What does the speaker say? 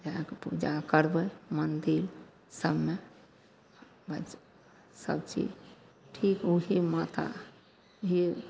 जाके पूजा करबै मन्दिर सबमे बस सबचीज ठीक ओही माता जे